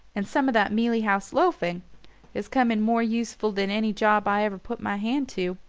and some of that mealey house loafing has come in more useful than any job i ever put my hand to.